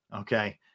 Okay